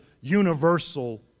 universal